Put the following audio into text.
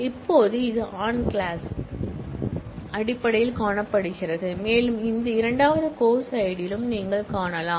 இப்போது இது on class அடிப்படையில் காணப்படுகிறது மேலும் அந்த இரண்டாவது course id லும் நீங்கள் காணலாம்